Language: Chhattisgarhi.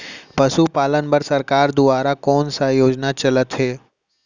पशुपालन बर सरकार दुवारा कोन स योजना चलत हे?